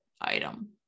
item